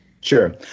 Sure